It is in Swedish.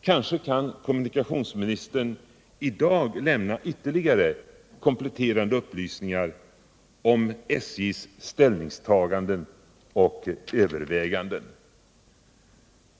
Kanske kan kommunikationsministern i dag lämna kompletterande upplysningar om SJ:s ställningstaganden och överväganden.